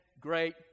great